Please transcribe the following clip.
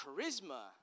charisma